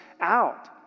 out